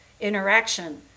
interaction